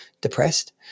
depressed